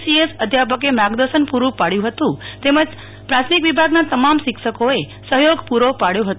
સોએસ અધ્યાપકના માર્ગદર્શન પુરું પાડયું હત તેમજ પ્રાથમિક વિભાગના તમામ શિક્ષકોએ સહયોગ પૂરો પાડયો હતો